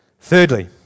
Thirdly